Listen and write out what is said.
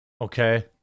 okay